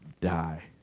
die